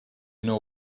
know